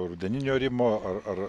rudeninio arimo ar ar